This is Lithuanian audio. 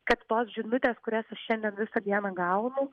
kad tos žinutės kurias aš šiandien visą dieną gaunu